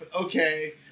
Okay